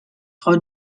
frau